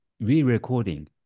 re-recording